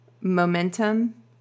momentum